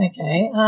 Okay